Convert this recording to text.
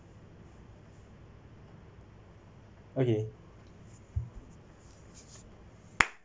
okay